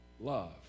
love